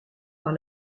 par